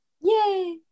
Yay